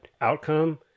outcome